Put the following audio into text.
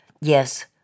yes